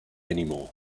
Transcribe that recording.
anymore